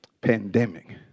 pandemic